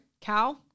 Cow